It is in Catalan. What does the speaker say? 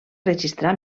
registrar